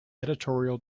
editorial